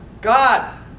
God